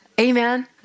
Amen